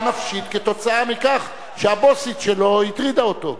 נפשית כתוצאה מכך שהבוסית שלו הטרידה אותו,